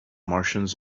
martians